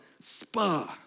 Spur